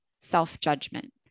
self-judgment